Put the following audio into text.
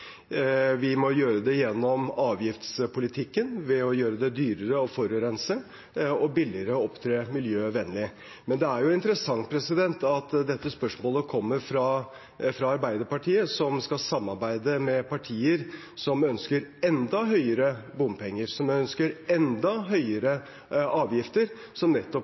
Vi må gjøre det gjennom avgiftspolitikken ved å gjøre det dyrere å forurense og billigere å opptre miljøvennlig. Det er interessant at dette spørsmålet kommer fra Arbeiderpartiet, som skal samarbeide med partier som ønsker enda høyere bompenger og enda høyere avgifter – noe som vil ha nettopp